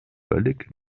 völlig